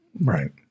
Right